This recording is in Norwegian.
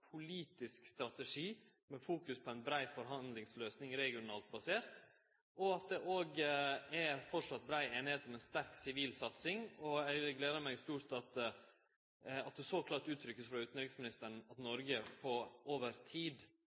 politisk strategi med fokus på ei brei forhandlingsløysing, regionalt basert, og det er framleis brei einigheit om ei sterk sivil satsing. Det gleder meg stort at det vert uttrykt så klart frå utanriksministeren at Noreg over tid